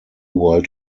world